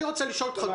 אני רוצה לשאול אותך,